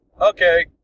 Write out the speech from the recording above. okay